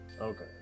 Okay